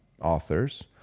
authors